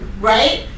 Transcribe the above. Right